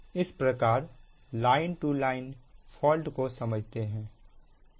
इसी प्रकार line to line fault को समझते हैं